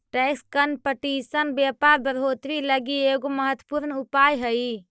tax competition व्यापार बढ़ोतरी लगी एगो महत्वपूर्ण उपाय हई